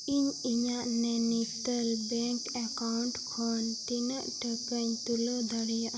ᱤᱧ ᱤᱧᱟᱹᱜ Nainital bank account ᱠᱷᱚᱱ ᱛᱤᱱᱟᱹᱜ ᱴᱟᱠᱟᱧ ᱛᱩᱞᱟᱹᱣ ᱫᱟᱲᱮᱭᱟᱜᱼᱟ